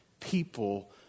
people